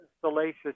salacious